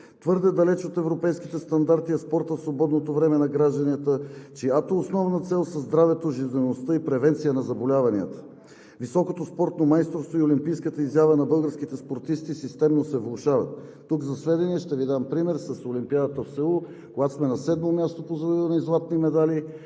Твърде далеч от европейските стандарти е спортът в свободното време на гражданите, чиято основна цел са здравето, жизнеността и превенцията на заболяванията. Високото спортно майсторство и олимпийската изява на българските спортисти системно се влошават. Тук за сведение ще Ви дам пример с Олимпиадата в Сеул, когато сме на седмо място по завоювани златни медали